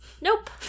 Nope